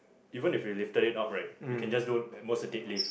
even if we lifted it up right we can just do at most a deadlift